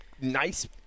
nice